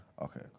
Okay